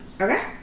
Okay